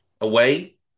away